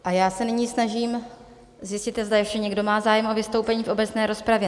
A já se nyní snažím zjistit, zda ještě někdo má zájem o vystoupení v obecné rozpravě?